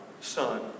Son